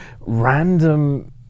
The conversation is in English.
random